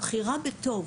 הבחירה בטוב